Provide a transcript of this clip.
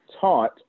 taught